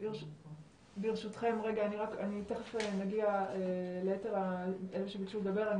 גם הנציבות וגם בכלל צריכים להתייחס לדבר הזה